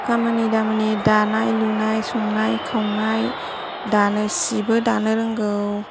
खामानि दामानि दानाय लुनाय संनाय खावनाय दानो सिबो दानो रोंगौ